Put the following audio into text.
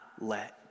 let